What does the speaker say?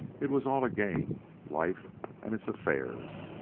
it was all a game, life and its affairs.